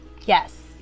Yes